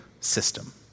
system